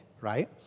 right